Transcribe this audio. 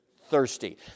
thirsty